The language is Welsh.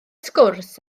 sgwrs